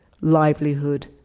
livelihood